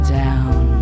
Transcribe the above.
down